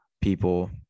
people